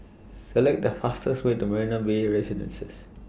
Select The fastest Way to Marina Bay Residences